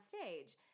stage